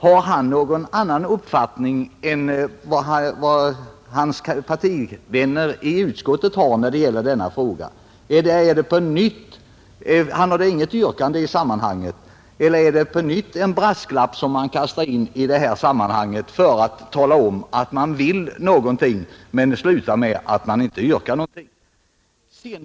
Har han någon annan uppfattning än hans partivänner i utskottet när det gäller denna fråga — han hade inget yrkande i sammanhanget — eller är det på nytt en brasklapp som man kastar in för att tala om att man vill någonting men slutar med att inte yrka något?